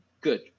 good